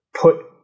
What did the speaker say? put